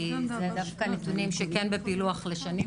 כי זה דווקא נתונים שכן בפילוח לשנים,